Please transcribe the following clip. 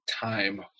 time